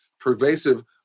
pervasive